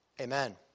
Amen